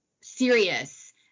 serious